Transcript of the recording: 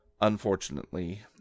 Unfortunately